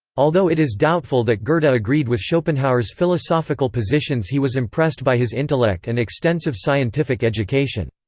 although it is doubtful that goethe but agreed with schopenhauer's philosophical positions he was impressed by his intellect and extensive scientific education.